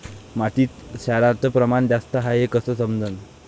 मातीत क्षाराचं प्रमान जास्त हाये हे कस समजन?